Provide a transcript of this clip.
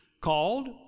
called